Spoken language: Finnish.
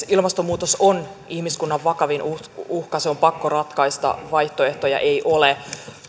ilmastonmuutos on ihmiskunnan vakavin uhka uhka se on pakko ratkaista vaihtoehtoja ei ole